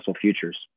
futures